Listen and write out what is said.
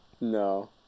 No